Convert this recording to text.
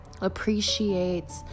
appreciates